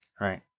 Right